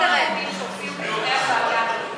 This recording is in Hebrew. כל הגופים שהופיעו בפני הוועדה,